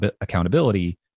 accountability